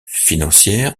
financière